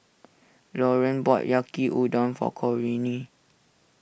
Laureen bought Yaki Udon for Corinne